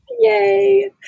Yay